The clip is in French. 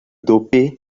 dopé